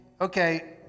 Okay